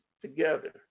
together